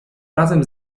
razem